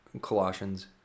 Colossians